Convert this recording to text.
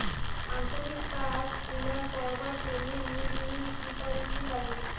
আঞ্চলিক কাজ গুলা করবার জন্যে মিউনিসিপালিটি লাগে